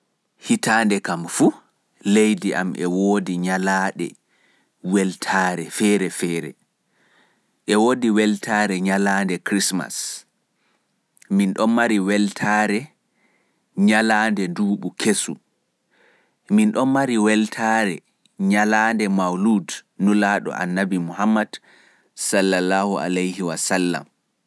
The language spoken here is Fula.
Hitaande fu leidi am e woodi nyalaande weltaare chritsmass, weltare nyalaande nduuɓu kesu, weltaare nyalaande danyeego nulaɗo Muhd s.a.w.